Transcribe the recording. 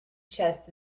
chests